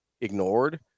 ignored